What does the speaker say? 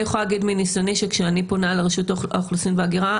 אני יכולה להגיד מניסיוני שכשאני פונה לרשות האוכלוסין וההגירה,